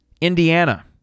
Indiana